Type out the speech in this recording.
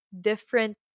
Different